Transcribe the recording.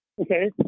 Okay